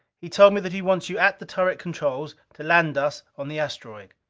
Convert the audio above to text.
he told me that he wants you at the turret controls to land us on the asteroid.